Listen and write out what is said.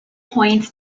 point